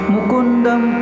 Mukundam